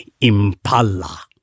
impala